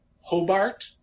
Hobart